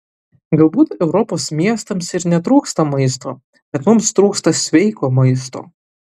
galbūt europos miestams ir netrūksta maisto bet mums trūksta sveiko maisto